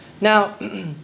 Now